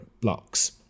blocks